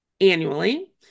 annually